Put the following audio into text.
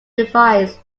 revised